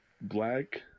black